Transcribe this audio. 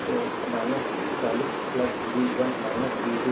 तो 40 V 1 V 2 0